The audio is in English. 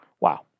Wow